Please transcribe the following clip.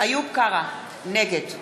איוב קרא, נגד